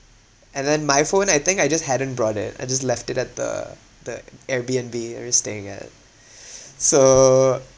and then my phone I think I just hadn't brought it I just left it at the the airbnb that we're staying at so